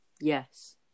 Yes